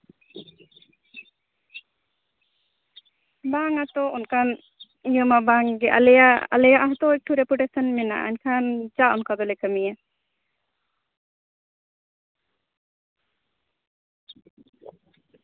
ᱵᱟᱝᱟ ᱛᱚ ᱚᱱᱠᱟᱱ ᱤᱱᱟᱹ ᱢᱟ ᱵᱟᱝᱜᱮ ᱟᱞᱮᱭᱟᱜ ᱟᱞᱮᱭᱟᱜ ᱦᱚᱸᱛᱚ ᱮᱠᱴᱩ ᱨᱮᱯᱩᱴᱮᱥᱚᱱ ᱢᱮᱱᱟᱜᱼᱟ ᱮᱱᱠᱷᱟᱱ ᱪᱟᱜ ᱚᱱᱠᱟ ᱫᱚᱞᱮ ᱠᱟᱹᱢᱤᱭᱟ